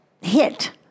hit